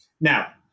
Now